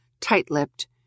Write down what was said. tight-lipped